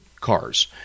cars